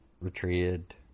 retreated